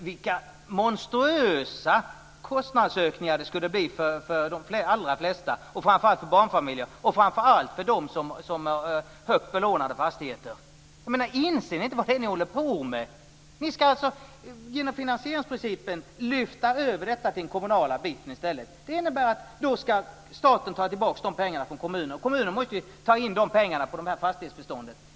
Vilka monstruösa kostnadsökningar det skulle bli för de allra flesta barnfamiljer och framför allt för dem som har högt belånade fastigheter. Inser ni inte vad ni håller på med? Ni ska alltså genom finansieringsprincipen lyfta över detta till det kommunala i stället. Det innebär att staten då ska ta tillbaka de pengarna från kommunerna, och kommunerna får inte ta in de pengarna på fastighetsbestånden.